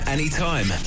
anytime